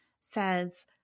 says